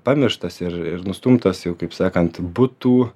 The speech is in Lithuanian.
pamirštas ir ir nustumtas jau kaip sakant būtų